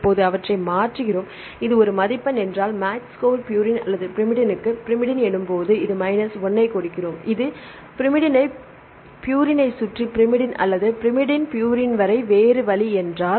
இப்போது அவற்றை மாற்றுகிறோம் இது ஒரு மதிப்பெண் என்றால் மேட்ச் ஸ்கோர் ப்யூரின் அல்லது பைரிமிடினுக்கு பைரிமிடின் எனும் போது இது மைனஸ் 1 ஐ கொடுக்கிறோம் இது ப்யூரைனைச் சுற்றி பைரிமிடின் அல்லது பைரிமிடைன் ப்யூரின் வரை வேறு வழி என்றால்